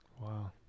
Wow